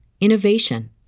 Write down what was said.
innovation